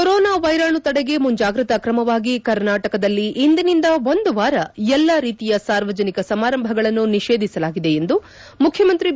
corona ವೈರಾಣು ತಡೆಗೆ ಮುಂಜಾಗ್ರತಾ ಕ್ರಮವಾಗಿ ಕರ್ನಾಟಕದಲ್ಲಿ ಇಂದಿನಿಂದ ಒಂದು ವಾರ ಎಲ್ಲಾ ರೀತಿಯ ಸಾರ್ವಜನಿಕ ಸಮಾರಂಭಗಳನ್ನು ನಿಷೇಧಿಸಲಾಗಿದೆ ಎಂದು ಮುಖ್ಯಮಂತ್ರಿ ಬಿ